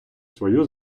свою